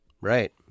Right